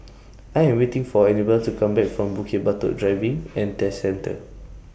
I Am waiting For Annabel to Come Back from Bukit Batok Driving and Test Centre